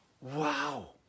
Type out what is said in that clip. Wow